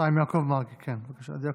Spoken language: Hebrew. היא ביקשה שנחליף,